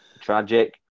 tragic